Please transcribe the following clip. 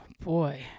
boy